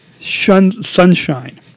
sunshine